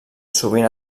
sovint